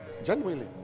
genuinely